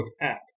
app